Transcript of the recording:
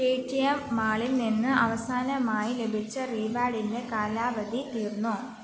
Paytm മാളിൽ നിന്ന് അവസാനമായി ലഭിച്ച റിവാർഡിൻ്റെ കാലാവധി തീർന്നോ